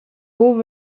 buca